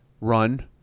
run